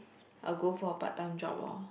I'll go for a part time job orh